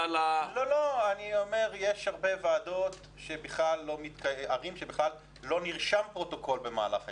-- יש הרבה ועדות שבכלל לא נרשם פרוטוקול במהלך הישיבה.